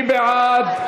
מי בעד?